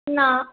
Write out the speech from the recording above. ना